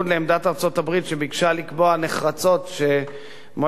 שביקשה לקבוע נחרצות שמועצת זכויות האדם של